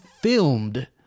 filmed